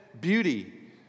beauty